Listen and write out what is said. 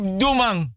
dumang